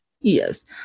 Yes